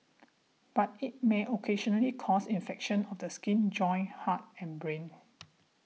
but it may occasionally cause infections of the skin joints heart and brain